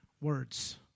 words